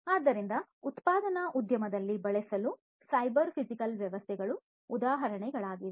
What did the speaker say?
ಆದ್ದರಿಂದ ಉತ್ಪಾದನಾ ಉದ್ಯಮದಲ್ಲಿ ಬಳಸಲು ಸೈಬರ್ ಫಿಸಿಕಲ್ ವ್ಯವಸ್ಥೆಗಳ ಉದಾಹರಣೆಗಳಾಗಿವೆ